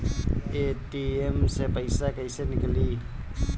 ATM से पइसा कइसे निकली?